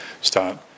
start